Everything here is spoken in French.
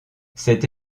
cette